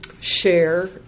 share